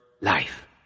life